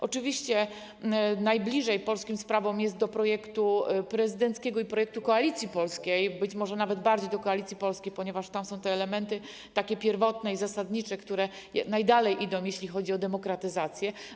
Oczywiście najbliżej Polskim Sprawom jest do projektu prezydenckiego i projektu Koalicji Polskiej, być może nawet bardziej do Koalicji Polskiej, ponieważ tam są te elementy pierwotne i zasadnicze, które idą najdalej, jeśli chodzi o demokratyzację.